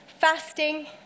fasting